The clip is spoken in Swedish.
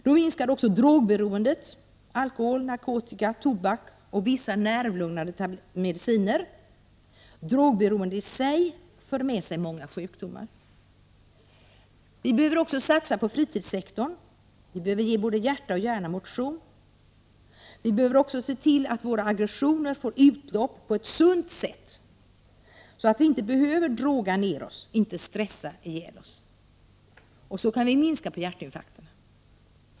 Då minskar också drogberoendet— alkohol, beroendet av narkotika, tobak och vissa nervlugnande mediciner. Drogberoendet i sig för med sig många sjukdomar. Vi behöver också satsa på fritidssektorn. Både hjärta och hjärna behöver motion. Vi behöver också se till att våra aggressioner får utlopp på ett sunt sätt, så att vi inte behöver droga ned oss, inte stressa ihjäl oss. Så kan vi minska antalet hjärtinfarkter.